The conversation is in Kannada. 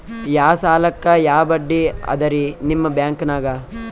ಯಾ ಸಾಲಕ್ಕ ಯಾ ಬಡ್ಡಿ ಅದರಿ ನಿಮ್ಮ ಬ್ಯಾಂಕನಾಗ?